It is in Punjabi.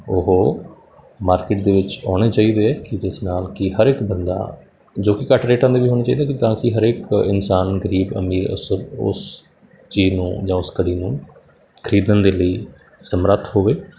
ਉਹ ਮਾਰਕੀਟ ਦੇ ਵਿੱਚ ਆਉਣੇ ਚਾਹੀਦੇ ਹੈ ਕਿਉਂਕਿ ਇਸ ਨਾਲ ਕਿ ਹਰ ਇਕ ਬੰਦਾ ਜੋ ਕਿ ਘੱਟ ਰੇਟਾਂ ਦੇ ਵੀ ਹੋਣੇ ਚਾਹੀਦੇ ਹੈ ਤਾਂ ਕਿ ਹਰੇਕ ਇਨਸਾਨ ਗਰੀਬ ਅਮੀਰ ਉਸ ਉਸ ਚੀਜ਼ ਨੂੰ ਜਾਂ ਉਸ ਘੜੀ ਨੂੰ ਖਰੀਦਣ ਦੇ ਲਈ ਸਮਰੱਥ ਹੋਵੇ